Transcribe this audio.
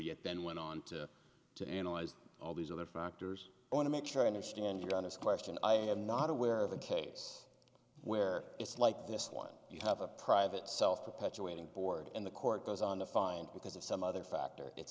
yet then went on to analyze all these other factors i want to make sure i understand your honest question i have not aware of a case where it's like this one you have a private self perpetuating board and the court goes on to find because of some other factor it's